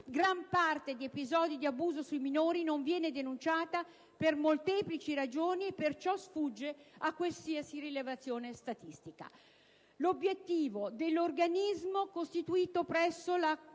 gran parte di episodi di abuso sui minori non viene infatti denunciata per molteplici ragioni e per ciò sfugge a qualsiasi rilevazione statistica. L'obiettivo dell'organismo costituito presso la